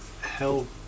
help